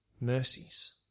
mercies